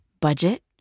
budget